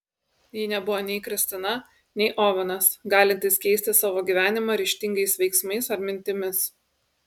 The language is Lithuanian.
ji nebuvo nei kristina nei ovenas galintys keisti savo gyvenimą ryžtingais veiksmais ar mintimis